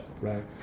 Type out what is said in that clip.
right